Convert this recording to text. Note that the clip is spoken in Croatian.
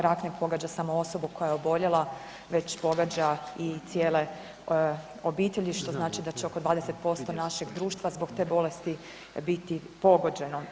Rak ne pogađa samo osobu koja je oboljela već pogađa i cijele obitelji što znači da će oko 20% našeg društva zbog te bolesti biti pogođeno.